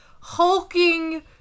hulking